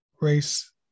race